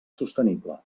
sostenible